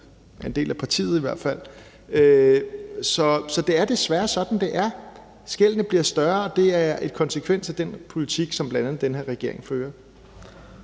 er del af, fører. Så det er desværre sådan, det er. Skellene bliver større, og det er en konsekvens af den politik, som bl.a. den her regering fører.